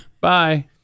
Bye